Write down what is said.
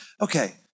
okay